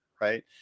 right